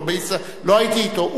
לא הייתי אתו,